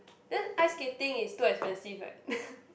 then ice skating is too expensive right